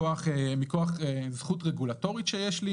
מכוח זכות רגולטורית שיש לי: